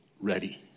ready